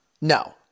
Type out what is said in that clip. No